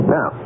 Now